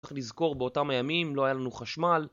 צריך לזכור באותם הימים לא היה לנו חשמל